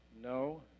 No